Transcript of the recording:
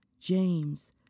James